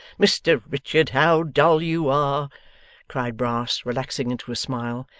mr richard, how dull you are cried brass, relaxing into a smile.